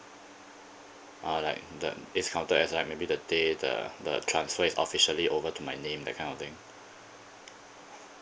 ah like the it's counted as like maybe the day the the transfer is officially over to my name that kind of thing